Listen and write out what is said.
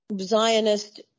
Zionist